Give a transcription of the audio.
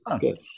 Good